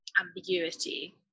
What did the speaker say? ambiguity